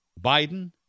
Biden